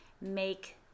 make